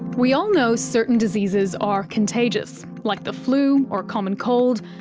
we all know certain diseases are contagious, like the flu or common cold,